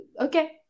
okay